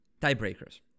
tiebreakers